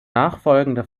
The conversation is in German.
nachfolgende